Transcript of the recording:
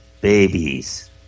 Babies